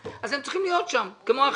הם צריכים להיות שם כמו אחרים.